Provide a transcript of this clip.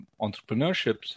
entrepreneurships